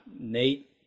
Nate